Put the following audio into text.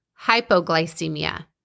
hypoglycemia